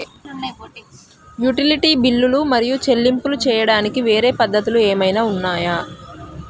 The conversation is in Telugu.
యుటిలిటీ బిల్లులు మరియు చెల్లింపులు చేయడానికి వేరే పద్ధతులు ఏమైనా ఉన్నాయా?